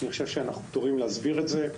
אני חושב שאנחנו פטורים מלהסביר את זה,